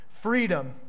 freedom